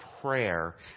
prayer